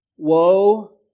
Woe